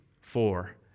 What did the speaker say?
four